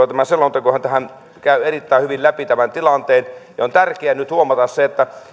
ja tämä selontekohan käy erittäin hyvin läpi tämän tilanteen on tärkeää nyt huomata se että